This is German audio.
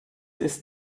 ist